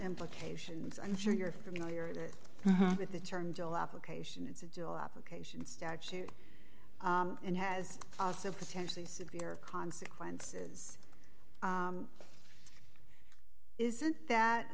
implications i'm sure you're familiar with the term job application it's a dual application statute and has also potentially severe consequences isn't that